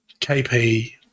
KP